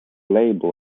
label